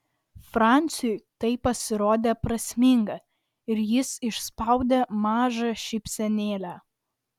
franciui tai pasirodė prasminga ir jis išspaudė mažą šypsenėlę